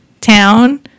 town